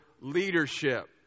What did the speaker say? leadership